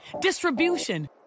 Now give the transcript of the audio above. distribution